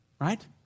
right